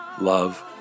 love